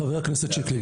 חבר הכנסת שיקלי,